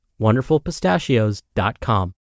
WonderfulPistachios.com